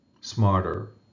smarter